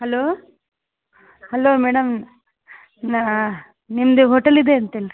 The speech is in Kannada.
ಹಲೋ ಹಲೋ ಮೇಡಮ್ ನಿಮ್ದು ಹೋಟೆಲ್ ಇದೆಯಂತಲ್ಲ ರೀ